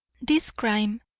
this crime,